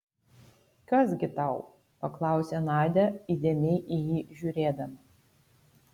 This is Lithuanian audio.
kas gi tau paklausė nadia įdėmiai į jį žiūrėdama